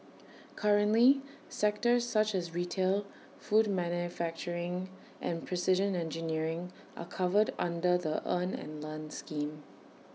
currently sectors such as retail food manufacturing and precision engineering are covered under the earn and learn scheme